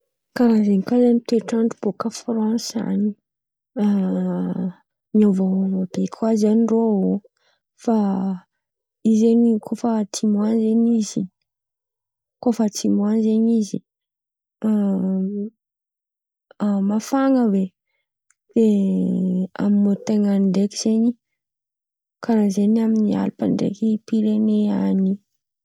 Kàraha zen̈y koà zen̈y toetr'andra bôkà a-fransy an̈y, miovaova be koà zen̈y irô ao. Fa izy zen̈y kôa efa atsimo zen̈y izy kôa efa atsimo zen̈y izy mafan̈a hoe, amin'ny môten àby ndraiky zen̈y kàraha zen̈y amin'ny alpa ndraiky pireny an̈y.